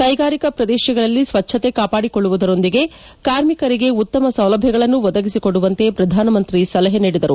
ಕೈಗಾರಿಕಾ ಪ್ರದೇಶಗಳಲ್ಲಿ ಸ್ವಚ್ಛತೆ ಕಾಪಾಡಿಕೊಳ್ಳವುದರೊಂದಿಗೆ ಕಾರ್ಮಿಕರಿಗೆ ಉತ್ತಮ ಸೌಲಭ್ಯಗಳನ್ನು ಒದಗಿಸಿಕೊಡುವಂತೆ ಪ್ರಧಾನಮಂತ್ರಿ ಸಲಹೆ ನೀಡಿದರು